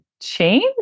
change